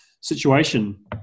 situation